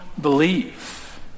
believe